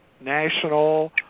national